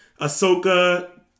Ahsoka